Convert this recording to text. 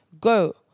Go